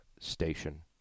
station